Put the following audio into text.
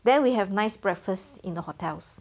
then we have nice breakfast in the hotels